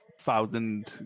thousand